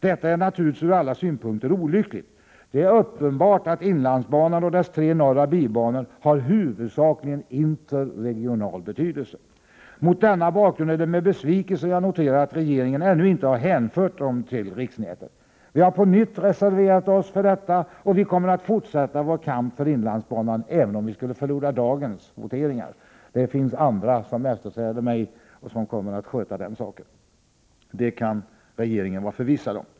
Detta är naturligtvis ur alla synpunkter olyckligt. Det är uppenbart att inlandsbanan och dess tre norra bibanor huvudsakligen har interregional betydelse. Mot denna bakgrund är det med besvikelse jag noterar att regeringen ännu inte har hänfört dem till riksnätet. Vi har på nytt reserverat oss för detta, och vi kommer att fortsätta vår kamp för inlandsbanan även om vi skulle förlora dagens voteringar! Det finns andra som efterträder mig som kommer att sköta den saken, det kan dagens utskottsmajoritet vara förvissad om.